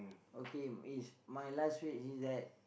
okay is my last wish is that